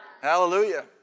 Hallelujah